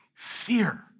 Fear